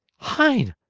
hein!